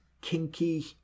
kinky